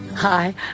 Hi